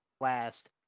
last